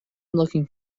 looking